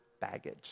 baggage